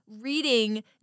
reading